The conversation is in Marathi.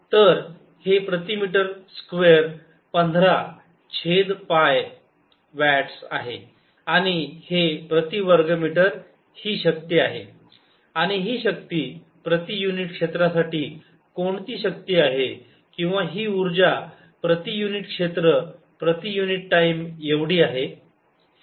तर हे प्रति मीटर स्क्वेअर पंधरा छेद पाय वॅट्स आहे आणि हे प्रति वर्ग मीटर ही शक्ती आहे आणि ही शक्ती प्रति युनिट क्षेत्रासाठी कोणती शक्ती आहे किंवा ही ऊर्जा प्रति युनिट क्षेत्र प्रति युनिट टाईम एवढी आहे